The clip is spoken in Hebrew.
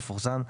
תפורסם ברשומות.